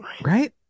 Right